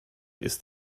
ist